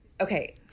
Okay